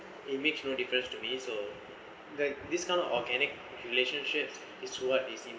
it makes no difference to me so like this kind of organic relationships is what is it